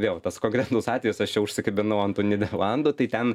vėl tas konkretus atvejis aš čia užsikabinau ant tų nyderlandų tai ten